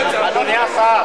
אדוני השר,